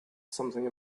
something